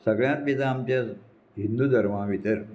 सगळ्यांत बित आमचे हिंदू धर्मा भितर